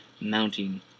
mounting